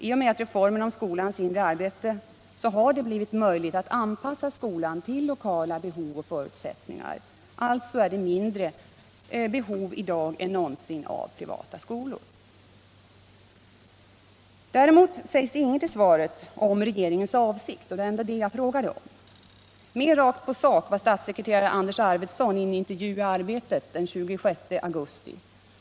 I och med reformen av skolans inre arbete har det blivit möjligt att anpassa skolan till lokala behov och förutsättningar. Alltså är behovet av privata skolor i dag mindre än någonsin. Däremot sägs i svaret ingenting om regeringens avsikt, och det var ändå den jag frågade om. Mer rakt på sak var statssekreterare Anders Arfwedson i en intervju i Arbetet den 26 augusti.